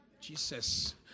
Jesus